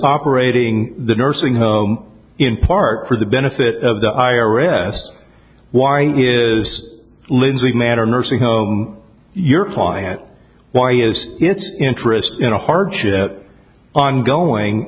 operating the nursing home in part for the benefit of the i r s why is lindsey matter nursing home your client why is it interest in a hardship that ongoing